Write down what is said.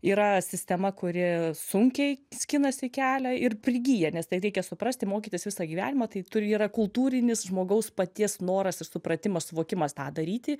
yra sistema kuri sunkiai skinasi kelią ir prigyja nes tai reikia suprasti mokytis visą gyvenimą tai turi yra kultūrinis žmogaus paties noras ir supratimas suvokimas tą daryti